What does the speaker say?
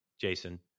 Jason